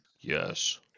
Yes